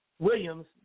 Williams